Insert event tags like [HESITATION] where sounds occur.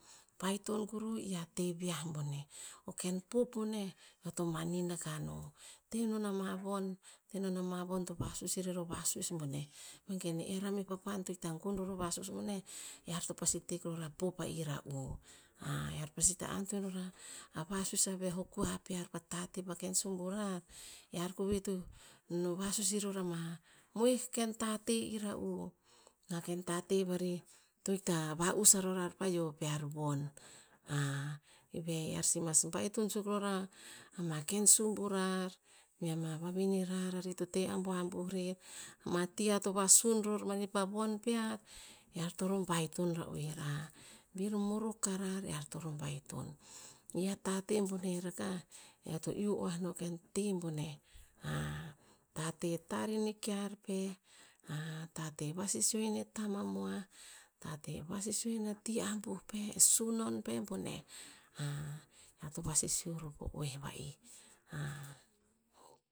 Baiton kuru i a teh viah boneh o ken pop boneh, eo to manin tamuan akah no. Teh non ama von, teh non ama von to vasus irer ova vasus boneh. Vengen ear a meh papan to ita gon o vasus boneh, ear to pasi tek ror a pop a era'u. [HESITATION] ear pasi ta antoen ror a- a vasus a vi'ah o kua pear pa tateh pa ken sumbu rar. Ear koveh to ro vasus iror ama moi ken tateh era'u. A ken tateh vari to itah vasus aro rar pa hio pear von. [HESITATION] eve ear sih mas baiton suk ror ama ken sumbu rar, mea ma vavine rar ari to teh ambuh, ambuh rer. Ama ti ear to vasun ror mani pa von pear, ear toro baiton ra oer. [HESITATION] bir morok karar, ear toro baiton. I a tateh boneh rakah eo to iuh oah ken teh boneh. [HESITATION] tateh tarr ine kear pe, [HESITATION] tateh vasisio ine tama mua, tateh vasisio ine ti ambuh peh, e sunon pe boneh. [HESITATION] ear to vasisio ror po oeh va'i. [HESITATION]